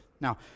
Now